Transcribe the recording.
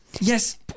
Yes